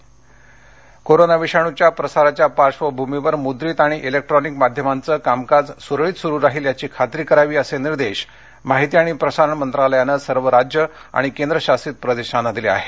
माध्यमे कोरोना विषाणूच्या प्रसाराच्या पार्श्वभूमीवर मुद्रित आणि इलेक्ट्रॉनिक माध्यमांचं कामकाज सुरळीत सुरु राहील याची खात्री करावी असे निर्देश माहिती आणि प्रसारण मंत्रालयानं सर्व राज्यं आणि केंद्रशासित प्रदेशांना दिले आहेत